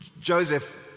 Joseph